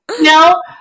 no